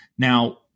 Now